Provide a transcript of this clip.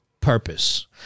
purpose